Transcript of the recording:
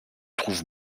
trouve